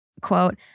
Quote